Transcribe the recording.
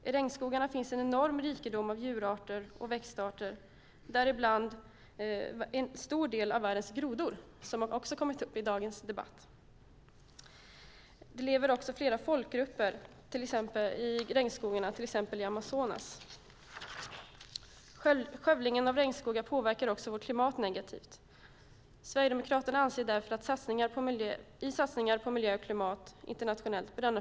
I regnskogarna finns en enorm rikedom av djurarter och växtarter - däribland en stor del av världens grodor, som också har kommit upp i dagens debatt. Flera folkgrupper lever också i regnskogarna, till exempel i Amazonas. Skövlingen av regnskogen påverkar vårt klimat negativt. Sverigedemokraterna anser därför att denna fråga bör lyftas upp mer i satsningar på miljö och klimat internationellt.